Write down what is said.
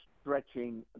stretching